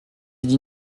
dit